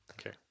Okay